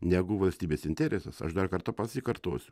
negu valstybės interesas aš dar kartą pasikartosiu